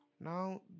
Now